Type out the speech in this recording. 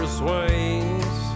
swings